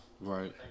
right